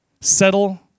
Settle